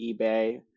eBay